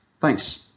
Thanks